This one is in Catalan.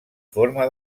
forma